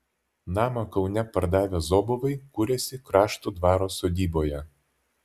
namą kaune pardavę zobovai kuriasi kraštų dvaro sodyboje